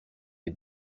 des